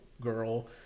girl